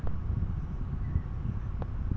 কখন অন্যের জীবনের উপর বীমা করা যায়?